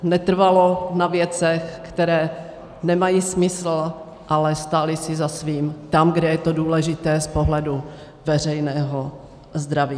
Netrvalo na věcech, které nemají smysl, ale stáli si za svým tam, kde je to důležité z pohledu veřejného zdraví.